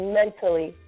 mentally